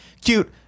cute